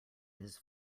his